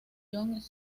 john